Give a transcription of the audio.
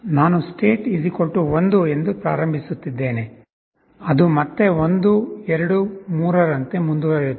ನಾನು state 1 ಎಂದು ಪ್ರಾರಂಭಿಸುತ್ತಿದ್ದೇನೆ ಅದು ಮತ್ತೆ 1 2 3 ರಂತೆ ಮುಂದುವರಿಯುತ್ತದೆ